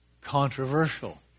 controversial